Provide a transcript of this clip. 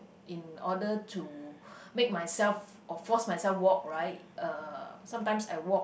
in order to make myself or force myself walk right uh sometimes I walk